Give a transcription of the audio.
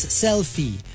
selfie